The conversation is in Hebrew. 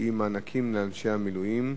שהיא על מענקים לאנשי המילואים.